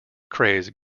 craze